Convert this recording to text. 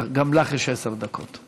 גם לך יש עשר דקות.